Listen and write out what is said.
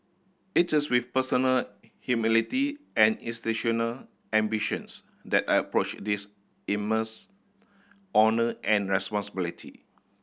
it is with personal humility and institutional ambitions that I approach this immense honour and responsibility